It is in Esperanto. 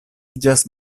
iĝas